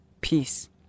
peace